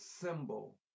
symbol